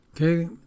Okay